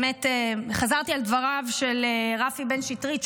חזרתי על דבריו של רפי בן שטרית,